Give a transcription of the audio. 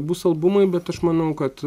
bus albumai bet aš manau kad